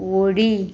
उडी